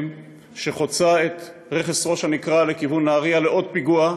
חוצה את רכס ראש-הנקרה לכיוון נהריה לעוד פיגוע,